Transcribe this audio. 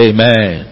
Amen